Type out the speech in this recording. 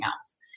else